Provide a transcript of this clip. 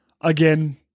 Again